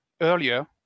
earlier